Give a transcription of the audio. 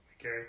Okay